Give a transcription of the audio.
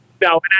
No